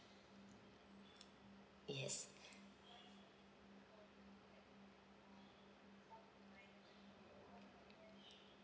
yes